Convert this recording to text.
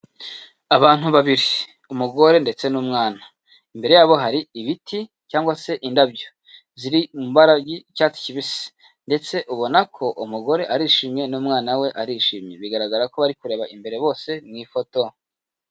Abantu babiri, umugore ndetse n'umwana, imbere yabo hari ibiti cyangwa se indabyo, ziri mu mbara ry'icyatsi kibisi, ndetse ubona ko umugore arishimye n'umwana we arishimye, bigaragara ko bari kureba imbere bose mu ifoto.